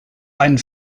einen